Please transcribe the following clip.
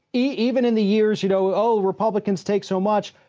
even in the years, you know, oh, republicans take so much.